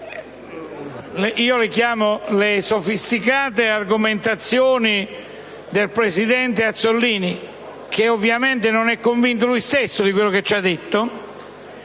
che definisco le sofisticate argomentazioni del presidente Azzollini - ovviamente non è convinto lui stesso di ciò che ci ha detto